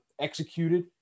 executed